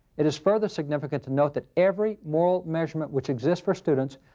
it is further significant to note that every moral measurement, which exists for students,